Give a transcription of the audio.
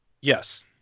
Yes